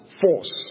force